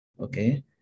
okay